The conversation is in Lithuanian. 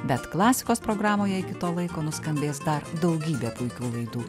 bet klasikos programoje iki to laiko nuskambės dar daugybė puikių laidų